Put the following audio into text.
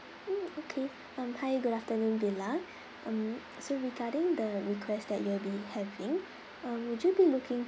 mm okay um hi good afternoon villa um so regarding the request that you will be having um would you be looking